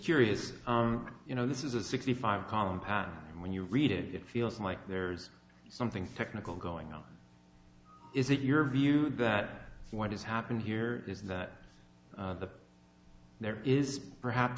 curious you know this is a sixty five compact and when you read it it feels like there's something technical going on is it your view that what has happened here is that there is perhaps